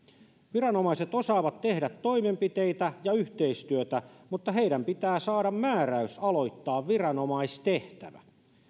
viranomaiset osaavat tehdä toimenpiteitä ja yhteistyötä mutta heidän pitää saada määräys aloittaa viranomaistehtävä